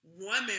Woman